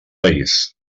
país